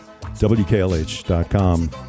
wklh.com